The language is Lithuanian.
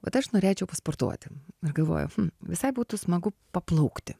vat aš norėčiau pasportuoti ir galvoju visai būtų smagu paplaukti